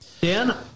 Dan